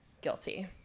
Guilty